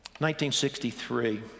1963